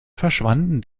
verschwanden